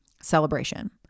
celebration